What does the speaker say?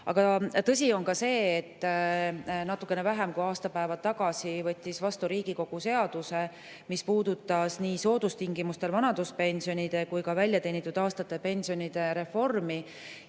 Aga tõsi on ka see, et natuke vähem kui aasta tagasi võttis Riigikogu vastu seaduse, mis puudutas nii soodustingimustel vanaduspensionide kui ka väljateenitud aastate pensionide reformi.